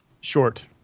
Short